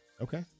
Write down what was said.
Okay